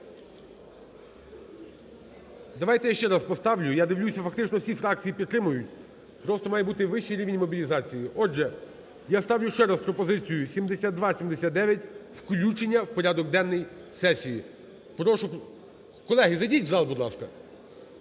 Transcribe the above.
Давайте я ще раз поставлю, я дивлюся, фактично всі фракції підтримують, просто має бути вищий рівень мобілізації. Отже, я ставлю ще раз пропозицію 7279 - включення в порядок денний сесії. Прошу… Колеги, зайдіть в зал, будь ласка.